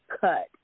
cut